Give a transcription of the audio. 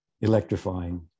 electrifying